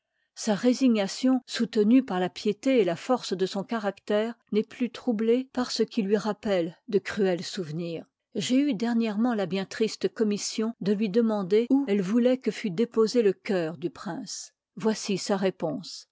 sa résignation soutenue par la piété et la force de son caractère n'est plus troublée par ce qui lui rappelle de cruels souvenirs j'ai eu dernièrement la bien triste commission de lui demander où elle vouloit que fût déposé le cœur du prince voici sa réponse